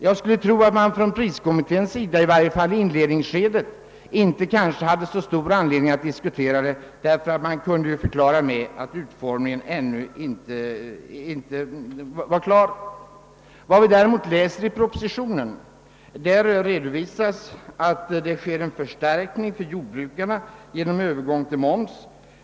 Jag skulle tro att priskommittén i varje fall i inledningsskedet inte hade så stor anledning att diskutera saken, eftersom ju utformningen ännu inte var klar. I propositionen redovisas emellertid att det sker en förstärkning för jordbrukarna genom övergången till moms.